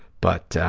but.